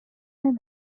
نمی